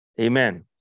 amen